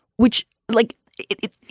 which like it,